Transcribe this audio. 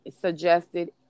suggested